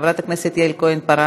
חברת הכנסת יעל כהן-פארן,